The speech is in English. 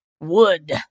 Wood